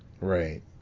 right